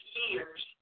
years